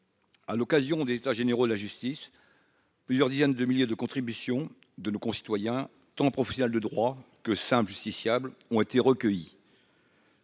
à l'occasion des états généraux de la justice, plusieurs dizaines de milliers de contribution de nos concitoyens tant professionnel de droit que 5 justiciables ont été recueillis.